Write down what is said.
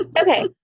Okay